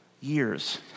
years